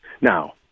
Now